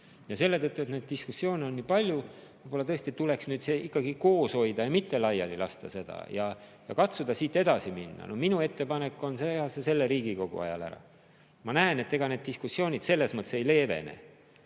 Ja selle tõttu, et neid diskussioone on nii palju, võib-olla tuleks nüüd ikkagi seda koos hoida ja mitte laiali lasta. Katsume siit edasi minna. Minu ettepanek on teha see selle Riigikogu ajal ära. Ma näen, et ega need diskussioonid selles mõttes ei leevene.